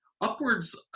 upwards